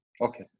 Okay